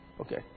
Okay